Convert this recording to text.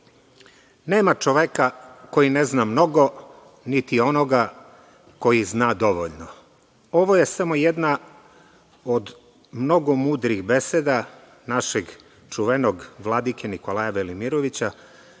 nema čoveka koji ne zna mnogo, niti onoga koji zna dovoljno. Ovo je samo jedna od mnogo mudrih beseda našeg čuvenog vladike Nikolaja Velimirovića,